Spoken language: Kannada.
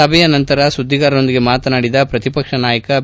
ಸಭೆಯ ನಂತರ ಸುದ್ವಿಗಾರರೊಂದಿಗೆ ಮಾತನಾಡಿದ ಪ್ರತಿಪಕ್ಷ ನಾಯಕ ಬಿ